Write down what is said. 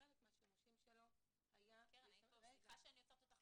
שחלק מהשימושים שלו היה --- סליחה שאני עוצרת אותך.